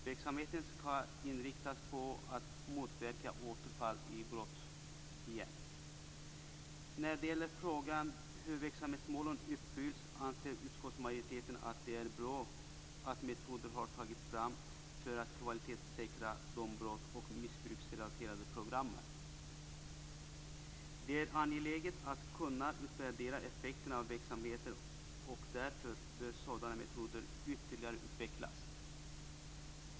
Verksamheten skall inriktas på att motverka återfall i brott. När det gäller frågan hur verksamhetsmålen uppfylls anser utskottsmajoriteten att det är bra att metoder har tagits fram för att kvalitetssäkra de brotts och missbruksrelaterade programmen. Det är angeläget att kunna utvärdera effekterna av verksamheter, och därför bör sådana metoder ytterligare utvecklas.